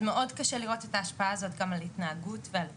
אז מאוד קשה לראות את ההשפעה הזאת גם על התנהגות ועל פעילות.